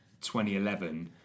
2011